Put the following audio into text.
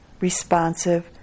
responsive